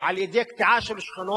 על-ידי קטיעה של שכונות,